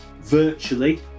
virtually